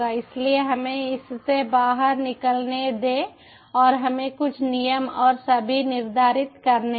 इसलिए हमें इससे बाहर निकलने दें और हमें कुछ नियम और सभी निर्धारित करने दें